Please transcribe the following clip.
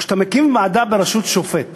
כשאתה מקים ועדה בראשות שופט